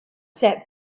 set